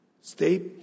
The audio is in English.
stay